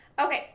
Okay